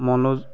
মনো